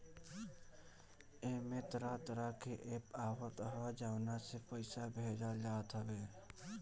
एमे तरह तरह के एप्प आवत हअ जवना से पईसा भेजल जात हवे